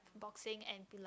boxing and pilat~